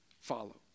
follow